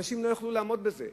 אנשים לא יוכלו לעמוד בזה.